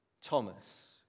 Thomas